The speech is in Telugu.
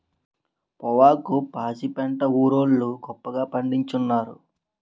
పొవ్వాకు పాచిపెంట ఊరోళ్లు గొప్పగా పండిచ్చుతారు